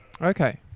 Okay